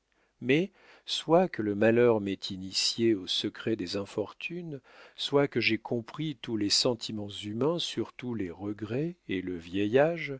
mais soit que le malheur m'ait initié aux secrets des infortunes soit que j'aie compris tous les sentiments humains surtout les regrets et le